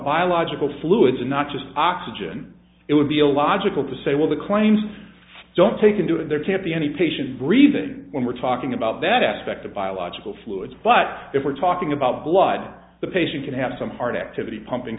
biological fluids and not just oxygen it would be illogical to say well the claims don't take into it there can't be any patients breathing when we're talking about that aspect of biological fluids but if we're talking about blood the patient can have some heart activity pumping